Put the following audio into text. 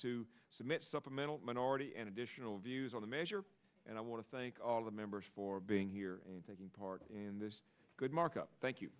to submit supplemental minority and additional views on the measure and i want to thank all of the members for being here and taking part in this good markup thank you